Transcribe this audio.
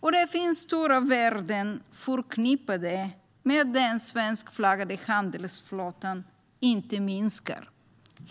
och det finns stora värden förknippade med att den svenskflaggade handelsflottan inte minskar.